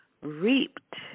reaped